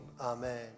Amen